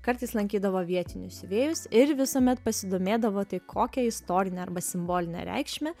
kartais lankydavo vietinius siuvėjus ir visuomet pasidomėdavo tai kokią istorinę arba simbolinę reikšmę